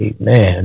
Amen